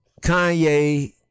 Kanye